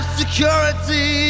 security